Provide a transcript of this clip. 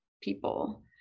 people